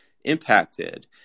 impacted